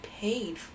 paid